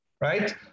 right